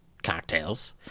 Cocktails